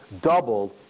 doubled